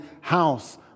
house